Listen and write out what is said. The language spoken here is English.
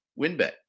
WinBet